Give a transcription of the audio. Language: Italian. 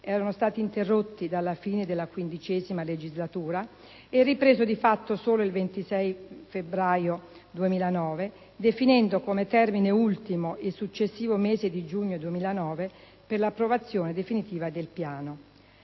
erano stati interrotti dalla fine della XV legislatura e ripresi di fatto solo il 26 febbraio 2009, definendo come termine ultimo il successivo mese di giugno 2009 per l'approvazione definitiva del Piano.